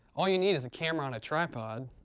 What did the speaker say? all you need is a camera on a tripod,